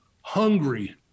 hungry